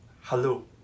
hello